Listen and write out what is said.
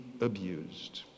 abused